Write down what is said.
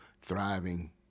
thriving